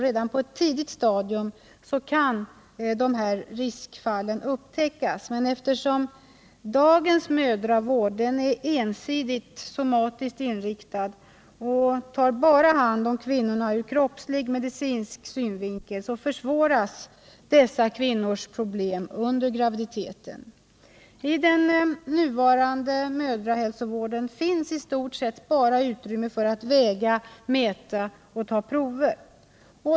Redan på ett tidigt stadium kan dessa riskfall upptäckas, men eftersom dagens mödravård är ensidigt somatiskt inriktad och bara tar hand om kvinnorna ur kroppsligt medicinsk synvinkel försvåras dessa kvinnors problem under graviditeten. I den nuvarande mödrahälsovården finns i stort sett bara utrymme för att väga, mäta och ta prover.